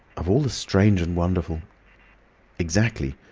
of all the strange and wonderful exactly.